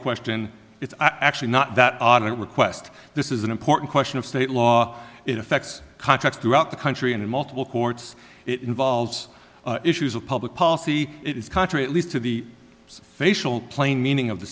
question it's actually not that i don't request this is an important question of state law it affects context throughout the country and in multiple courts it involves issues of public policy it is country at least to the facial plain meaning of the